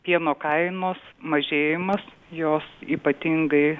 pieno kainos mažėjimas jos ypatingai